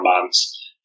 months